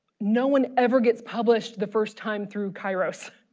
no one ever gets published the first time through kairos